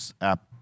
app